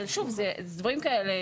אבל שוב, דברים כאלה